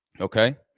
Okay